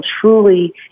truly